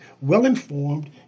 well-informed